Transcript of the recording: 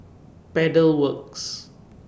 Pedal Works